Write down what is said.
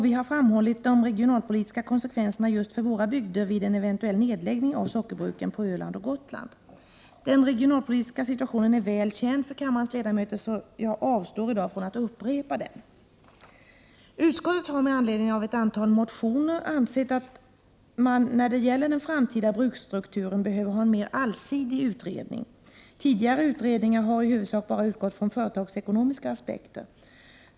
Vi har framhållit de regionalpolitiska konsekvenserna just för våra bygder vid en eventuell nedläggning av sockerbruken på Öland och Gotland. Den regionalpolitiska situationen är väl känd för kammarens ledamöter, så jag avstår i dag från att upprepa den. Utskottet har med anledning av ett antal motioner ansett att man, när det gäller den framtida bruksstrukturen, behöver ha en mera allsidig utredning. Tidigare utredningar har i huvudsak bara utgått från företagsekonomiska aspekter.